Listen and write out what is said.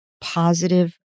positive